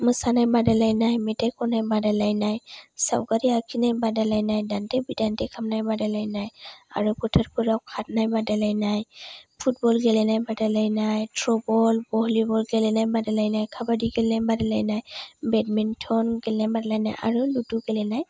मोसानाय बादायलायनाय मेथाय खन्नाय बादायलायनाय सावगारि आखिनाय बादायलायनाय दान्थे बिदान्थे खामनाय बादायलायनाय आरो बोथोरफोराव खारनाय बादायलायनाय फुटबल गेलेनाय बादायलायनाय ट्र' बल भलिबल गेलेनाय बादायलायनाय खाबादि गेलेनाय बादायलायनाय बेटमेन्टन गेलेनाय बादायलायनाय आरो लुदु गेलेनाय